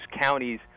counties